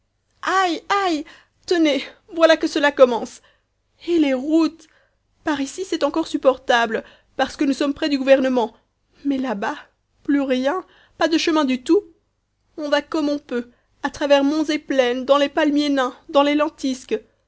aïe aïe tenez voilà que cela commence et les routes par ici c'est encore supportable parce que nous sommes près du gouvernement mais là-bas plus rien pas de chemin du tout on va comme on peut à travers monts et plaines dans les palmiers nains dans les lentisques